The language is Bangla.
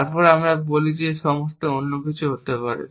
তারপর আমরা বলি যে অন্য সব কিছু হতে পারে